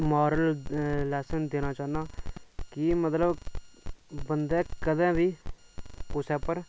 moral lesson देना चाह्नां इ'यां मतलव बंदे कदें बी कुसै उप्पर